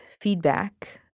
feedback